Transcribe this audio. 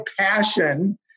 passion